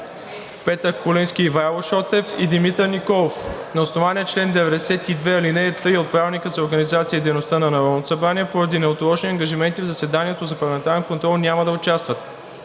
Петър Куленски и Ивайло Шотев; и Димитър Николов. На основание чл. 92, ал. 3 от Правилника за организацията и дейността на Народното събрание поради неотложни ангажименти в заседанието за парламентарен контрол няма да участват: